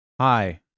Hi